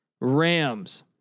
Rams